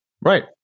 Right